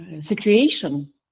situation